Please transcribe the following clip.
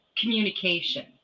communication